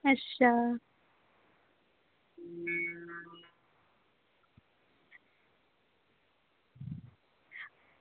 अच्छा